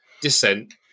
dissent